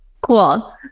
Cool